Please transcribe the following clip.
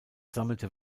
sammelte